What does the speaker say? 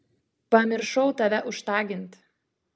pamiršau tave užtagint